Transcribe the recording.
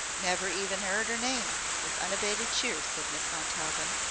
never even eard er name, with unabated cheer said miss montaubyn.